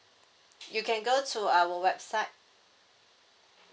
you can go to our website